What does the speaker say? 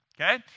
Okay